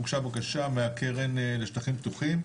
הוגשה בקשה מהקרן לשטחים פתוחים,